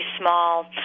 small